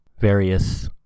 various